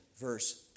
verse